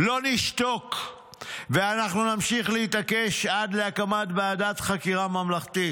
"לא נשתוק ואנחנו נמשיך להתעקש עד להקמת ועדת חקירה ממלכתית".